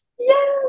Yes